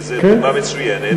וזו דוגמה מצוינת.